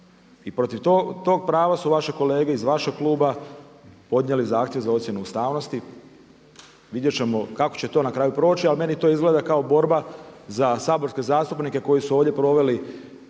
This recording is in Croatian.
i protiv tog prava su vaše kolege iz vašeg kluba podnijeli zahtjev za ocjenu ustavnosti. Vidjet ćemo kako će to na kraju proći, ali meni to izgleda kao borba za saborske zastupnike koji su ovdje proveli